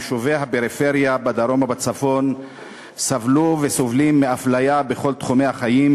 יישובי הפריפריה בדרום ובצפון סבלו וסובלים מאפליה בכל תחומי החיים,